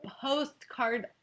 postcard